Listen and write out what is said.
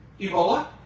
Ebola